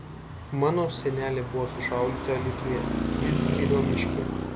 mano senelė buvo sušaudyta alytuje vidzgirio miške